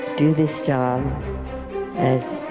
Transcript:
do this job as